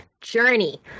journey